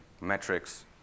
metrics